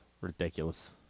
Ridiculous